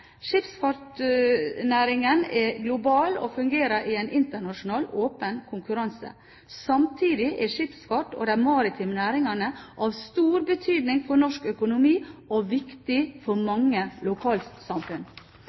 Skipsfartsnæringen er global og fungerer i en internasjonal, åpen konkurranse. Samtidig er skipsfart og de maritime næringene av stor betydning for norsk økonomi og viktig for mange lokalsamfunn.